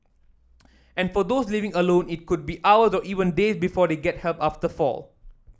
and for those living alone it could be hours or even days before they get help after fall